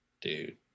Dude